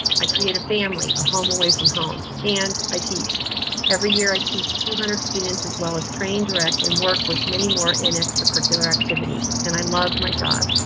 i create a family, a home away from home and i teach every year. i teach two hundred students as well as train direct and work with many more in extracurricular activities, and i love my job.